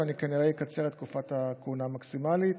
ואני כנראה אקצר את תקופת הכהונה המקסימלית.